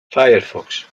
firefox